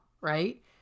right